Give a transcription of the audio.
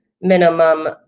minimum